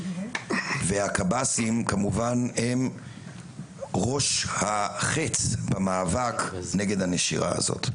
והקב"סים כמובן הם ראש החץ במאבק נגד הנשירה הזאת.